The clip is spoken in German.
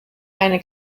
eine